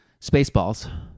Spaceballs